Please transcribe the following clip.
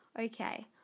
Okay